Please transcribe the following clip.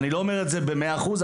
אני לא אומר את זה במאה אחוז,